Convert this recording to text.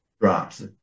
drops